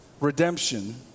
redemption